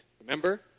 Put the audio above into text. Remember